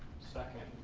second.